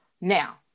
Now